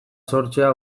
sortzea